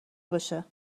باشه